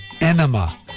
enema